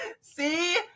See